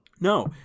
No